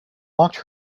locked